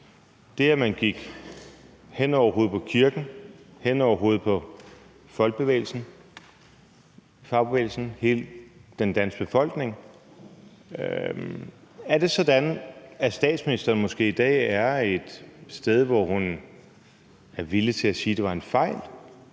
det at man gik hen over hovedet på kirken, hen over hovedet på fagbevægelsen og hele den danske befolkning. Er det sådan, at statsministeren måske i dag er et sted, hvor hun er villig til at sige, at det var en fejl,